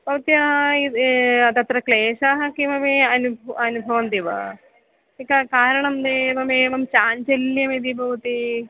भवत्याः तत्र क्लेशाः किमपि अनुब अनुभवन्ति वा अ कारणम् एवमेवं चाञ्चल्यम् इति भवति